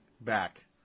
back